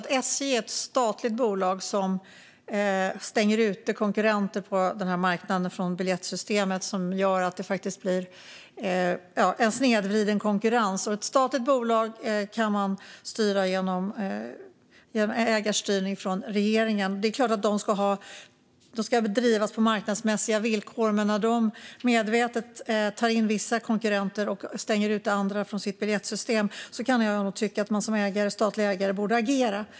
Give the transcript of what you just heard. Fru talman! SJ är ett statligt bolag som stänger ute konkurrenter på marknaden från biljettsystemet, vilket gör att det blir en snedvriden konkurrens. Ett statligt bolag kan man styra genom ägarstyrning från regeringen. Det är klart att SJ ska drivas på marknadsmässiga villkor, men när de medvetet tar in vissa konkurrenter och stänger ute andra från sitt biljettsystem kan jag nog tycka att man som statlig ägare borde agera.